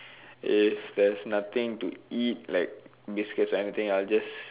if there's nothing to eat like biscuits or anything I'll just